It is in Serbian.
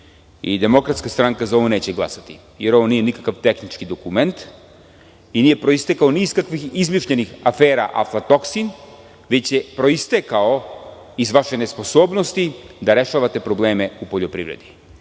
devet meseci i DS za ovo neće glasati. Ovo nije nikakav tehnički dokument, i nije proistekao ni iz kakvih izmišljenih afera aflatoksin, već je proistekao iz vaše nesposobnosti da rešavate probleme u poljoprivredi. Nemojte